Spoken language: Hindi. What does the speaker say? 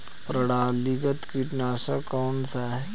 प्रणालीगत कीटनाशक कौन सा है?